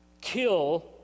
kill